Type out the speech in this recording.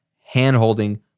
hand-holding